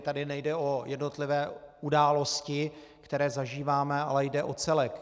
Tady nejde o jednotlivé události, které zažíváme, ale jde o celek.